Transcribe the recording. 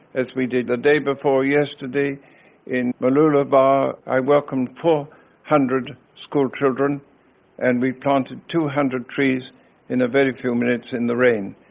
as we did the day before yesterday in mooloolaba, i welcomed four hundred schoolchildren and we planted two hundred trees in a very few minutes in the rain,